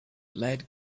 lead